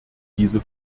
diese